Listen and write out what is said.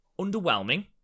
underwhelming